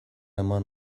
eman